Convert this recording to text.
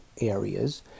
areas